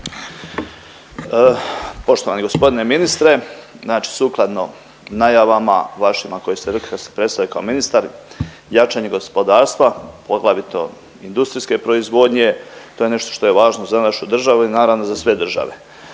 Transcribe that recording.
Poštovani gospodine ministre, znači sukladno najavama vašima koje ste rekli da ste predstavili kao ministar, jačanje gospodarstva, poglavito industrijske proizvodnje, to je nešto što je važno za našu državu i naravno za sve države.